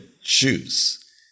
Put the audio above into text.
shoes